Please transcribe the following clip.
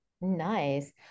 Nice